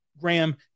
Graham